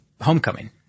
homecoming